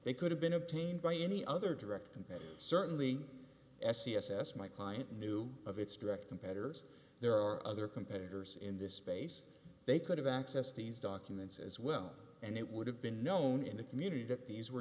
they could have been obtained by any other direct competitor certainly c s s my client knew of its direct competitors there are other competitors in this space they could have access these documents as well and it would have been known in the community that these were